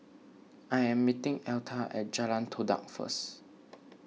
I am meeting Elta at Jalan Todak first